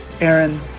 Aaron